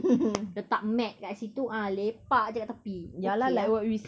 letak mat kat situ ah lepak jer kat tepi okay ah